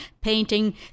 painting